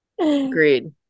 agreed